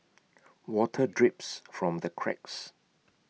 water drips from the cracks